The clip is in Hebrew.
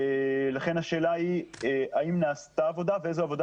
לכן השאלה היא האם נעשתה עבודה ואיזו עבודה